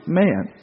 man